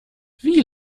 wie